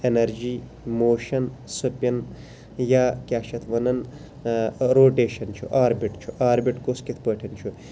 energy motion spin یا کیاہ چھِ یتھ وَنان روٹیشَن چھُ آربِٹ چھُ آربِٹ کُس کِتھ پٲٹھۍ چھُ